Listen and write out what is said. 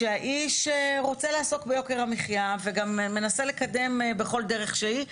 שהאיש רוצה לעסוק ביוקר המחיה וגם מנסה לקדם בכל דרך שהיא.